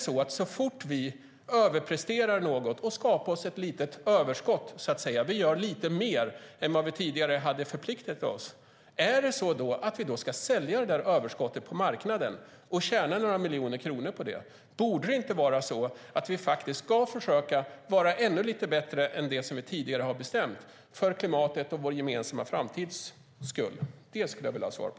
Ska vi, så fort vi överpresterar något, skapar oss ett litet överskott och gör lite mer än vad vi tidigare hade förpliktat oss, sälja överskottet på marknaden och tjäna några miljoner kronor på det? Borde vi inte försöka vara ännu lite bättre än vi tidigare har bestämt, för klimatets och vår gemensamma framtids skull? Det skulle jag vilja ha svar på.